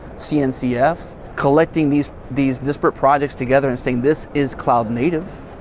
cncf, collecting these these disparate projects together and saying, this is cloud native,